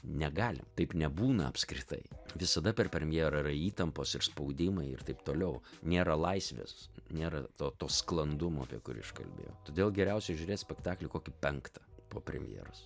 negalim taip nebūna apskritai visada per premjerą yra įtampos ir spaudimai ir taip toliau nėra laisvės nėra to to sklandumo apie kurį aš kalbėjau todėl geriausia žiūrėt spektaklį kokį penktą po premjeros